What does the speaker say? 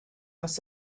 must